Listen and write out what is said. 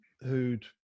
who'd